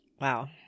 Wow